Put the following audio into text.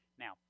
Now